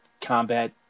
combat